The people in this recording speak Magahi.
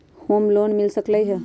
होम लोन मिल सकलइ ह?